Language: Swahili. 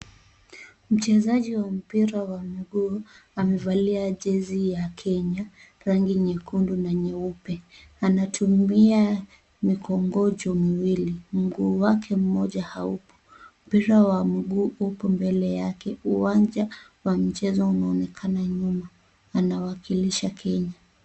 Mchezaji wa mpira wa mguu amevalia jezi ya Kenya rangi nyekundu na nyeupe. Anatumia mikongojo miwili, mguu wake mmoja haupo, mpira wa mguu upo mbele yake. Uwanja wa mchezo unaonekana nyuma, anawakilisha Kenya.